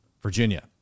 Virginia